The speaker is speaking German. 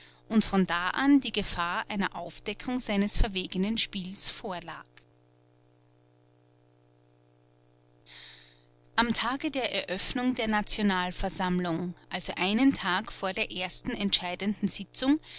und von da an die gefahr einer aufdeckung seines verwegenen spiels vorlag am tage der eröffnung der nationalversammlung also einen tag vor der ersten entscheidenden sitzung